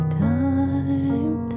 time